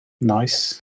Nice